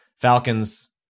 Falcons